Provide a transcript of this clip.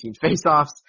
face-offs